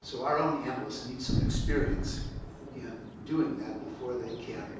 so our own analyst needs some experience in doing that before they can